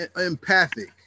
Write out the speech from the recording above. empathic